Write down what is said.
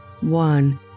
One